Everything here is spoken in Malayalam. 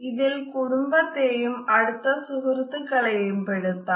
ഇതിൽ കുടുംബത്തെയും അടുത്ത സുഹൃത്തുക്കളെയും പെടുത്താം